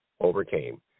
Overcame